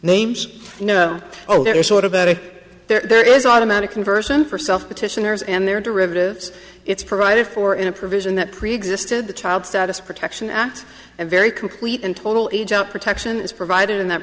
better there is automatic conversion for self petitioners and their derivatives it's provided for in a provision that preexisted the child status protection act and very complete and total age out protection is provided in that